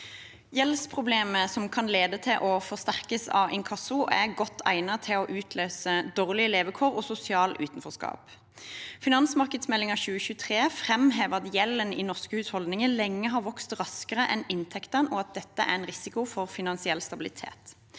Gjelds- problemer som kan lede til og forsterkes av inkasso, er godt egnet til å utløse dårlige levekår og sosialt utenforskap. Finansmarkedsmeldingen 2023 framhever at gjelden i norske husholdninger lenge har vokst raskere enn inntektene, og at dette er en risiko for finansiell stabilitet.